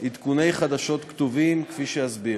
עדכוני חדשות כתובים, כפי שאסביר.